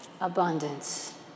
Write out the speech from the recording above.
abundance